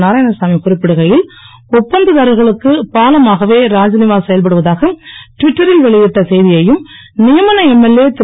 நாராயணசாமி குறிப்பிடுகையில் ஒப்பந்த தாரர்களுக்கு பாலமாகவே ராத்நிவாஸ் செயல்படுவதாக டுவிட்டரில் வெளியிட்ட செய்தியையும் நியமன எம்எல்ஏ திரு